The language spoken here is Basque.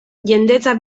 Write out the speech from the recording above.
jendetza